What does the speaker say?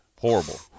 horrible